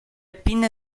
pinne